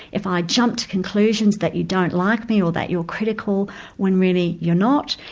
if i jump to conclusions that you don't like me or that you're critical when really you're not,